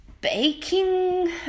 baking